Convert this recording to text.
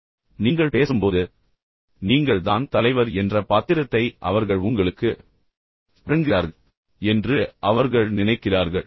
ஏனென்றால் நீங்கள் பேசும்போது நீங்கள் தான் தலைவர் என்ற பாத்திரத்தை அவர்கள் உங்களுக்கு வழங்குகிறார்கள் என்று அவர்கள் நினைக்கிறார்கள்